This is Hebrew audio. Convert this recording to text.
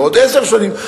לעוד עשר שנים,